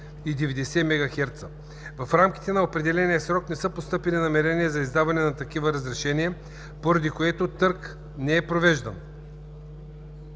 В рамките на определения срок не са постъпили намерения за издаване на такива разрешения, поради което търг не е провеждан.